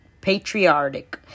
patriotic